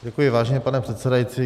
Děkuji, vážený pane předsedající.